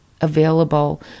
available